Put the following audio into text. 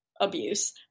abuse